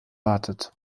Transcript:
wartet